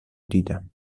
دیدم